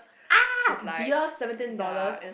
!ah! beer seventeen dollars